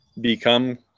become